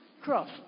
cross